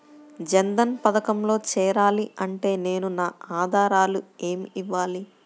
జన్ధన్ పథకంలో చేరాలి అంటే నేను నా ఆధారాలు ఏమి ఇవ్వాలి?